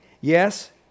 Yes